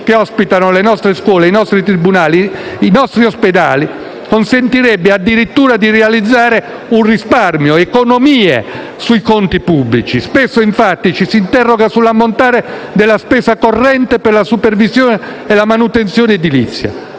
che ospitano le nostre scuole, i nostri tribunali, i nostri ospedali, consentirebbe addirittura di realizzare un risparmio, economie di scala a beneficio dei conti pubblici. Spesso infatti ci si interroga sull'ammontare della spesa corrente per la supervisione e la manutenzione edilizia;